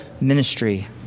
ministry